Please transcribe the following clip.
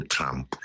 Trump